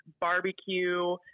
barbecue